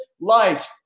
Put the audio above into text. life